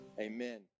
amen